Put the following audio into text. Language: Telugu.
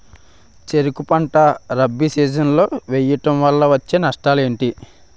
చెరుకు పంట రబీ సీజన్ లో వేయటం వల్ల వచ్చే నష్టాలు ఏంటి?